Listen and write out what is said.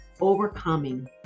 overcoming